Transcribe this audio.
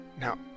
Now